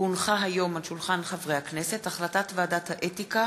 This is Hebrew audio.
כי הונחה היום על שולחן הכנסת החלטת ועדת האתיקה